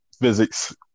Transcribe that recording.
physics